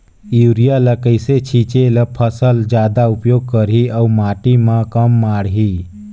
Urea ल कइसे छीचे ल फसल जादा उपयोग करही अउ माटी म कम माढ़ही?